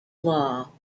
law